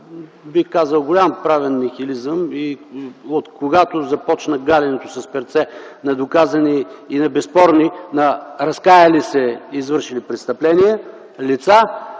бих казал, на голям правен нихилизъм, когато започна галенето с перце на доказани и на безспорни разкаяли се лица, извършили престъпления,